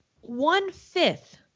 one-fifth